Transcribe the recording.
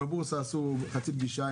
עם הבורסה הם עשו חצי פגישה,